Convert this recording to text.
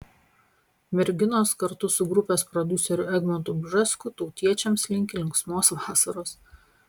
merginos kartu su grupės prodiuseriu egmontu bžesku tautiečiams linki linksmos vasaros